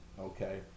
okay